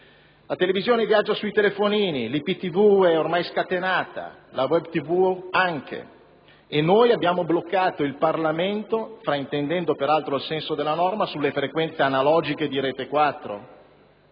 La televisione viaggia sui telefonini, l'IPTV è ormai scatenata, la *Web* Tv anche e noi abbiamo bloccato il Parlamento, fraintendendo per altro il senso della norma, sulle frequenze analogiche di